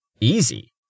Easy